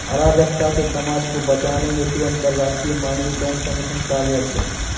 अराजकता से समाज को बचाने हेतु अंतरराष्ट्रीय मानकीकरण संगठन कार्यरत है